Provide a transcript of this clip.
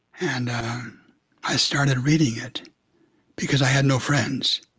and i started reading it because i had no friends